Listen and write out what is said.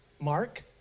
Mark